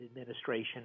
administration